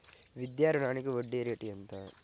విద్యా రుణానికి వడ్డీ రేటు ఎంత?